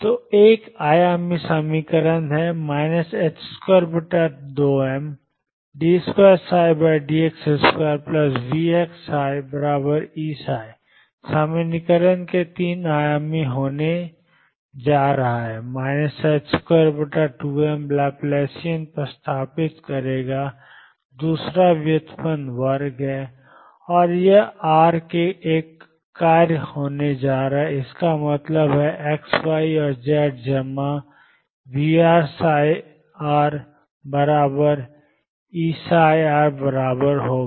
तो एक आयामी समीकरण है 22md2dx2VψEψ सामान्यीकरण में 3 आयामी होने जा रहा है 22mलैप्लासियन प्रतिस्थापित करेगा दूसरा व्युत्पन्न वर्ग है और यह आर का एक कार्य होने जा रहा है इसका मतलब है x y और z जमा V ψ बराबर Eψ होगा